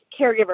caregiver